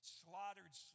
slaughtered